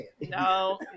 No